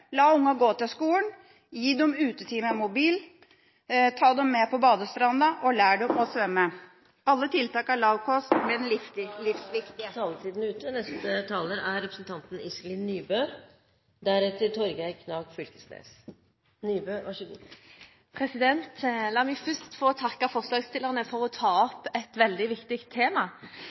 La ungene gå til skolen, gi dem utetid uten mobil, ta dem med på badestranda, og lær dem å svømme. Alle tiltakene er lavkost, men livsviktige. La meg først få takke forslagsstillerne for å ta opp et veldig viktig tema.